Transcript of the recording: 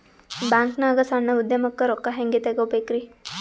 ಬ್ಯಾಂಕ್ನಾಗ ಸಣ್ಣ ಉದ್ಯಮಕ್ಕೆ ರೊಕ್ಕ ಹೆಂಗೆ ತಗೋಬೇಕ್ರಿ?